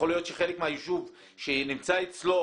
יכול להיות שחלק מהיישוב שנמצא אצלו,